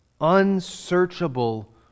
unsearchable